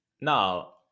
now